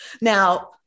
Now